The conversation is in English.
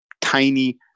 tiny